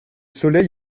soleil